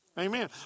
Amen